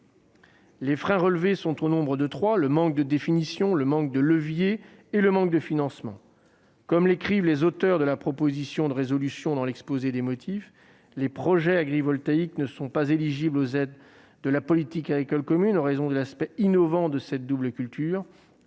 Les freins identifiés sont au nombre de trois : le manque de définition, le manque de leviers et le manque de financement. Comme l'écrivent les auteurs de la proposition de résolution dans leur exposé des motifs, les « projets agrivoltaïques ne sont pas éligibles aux aides de la politique agricole commune [...] en raison de l'aspect innovant de cette double culture.